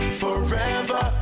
forever